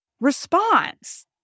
response